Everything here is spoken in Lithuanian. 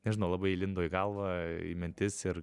nežinau labai įlindo į galvą į mintis ir